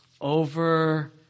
over